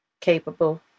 capable